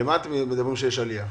על מה אתם מדברים שיש עלייה?